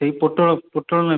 ଏ ପୋଟଳ ପୋଟଳ